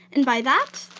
and by that,